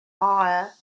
eyre